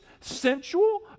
sensual